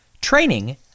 training